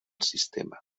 sistema